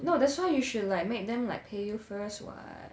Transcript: no that's why you should like make them like pay you first [what]